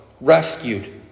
rescued